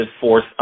force